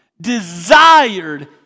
desired